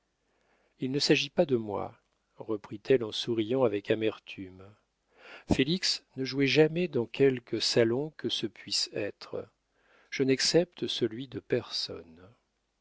il ne s'agit pas de moi reprit-elle en souriant avec amertume félix ne jouez jamais dans quelque salon que ce puisse être je n'excepte celui de personne